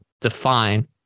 define